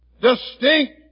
distinct